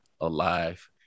alive